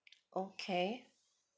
okay